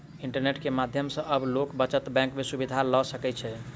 internet के माध्यम सॅ आब लोक बचत बैंक के सुविधा ल सकै छै